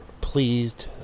pleased